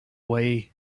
why